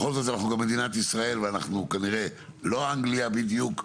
בכל זאת אנחנו גם מדינת ישראל ואנחנו כנראה לא אנגליה בדיוק.